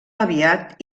aviat